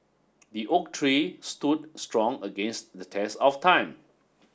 the oak tree stood strong against the test of time